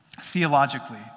Theologically